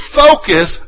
focus